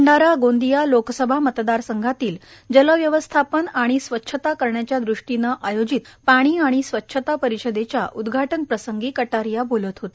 भंडारा गोंदिया लोकसभा मतदार संघातील जल व्यवस्थापन आणि स्वच्छता करण्याच्या दृष्टीने आयोजित पाणी आणि स्वच्छता परिषदेच्या उद्घाटन प्रसंगी कटारिया बोलत होते